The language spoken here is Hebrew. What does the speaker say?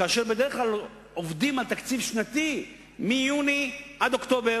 כאשר בדרך כלל עובדים על תקציב שנתי מיוני עד אוקטובר,